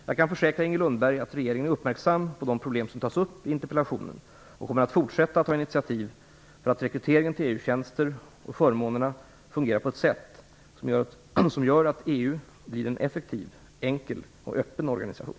Jag kan försäkra Inger Lundberg att regeringen är uppmärksam på de problem som tas upp i interpellationen och kommer att fortsätta att ta initiativ för att rekryteringen till EU-tjänsterna och förmånerna fungerar på ett sätt som gör att EU blir en effektiv, enkel och öppen organisation.